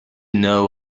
know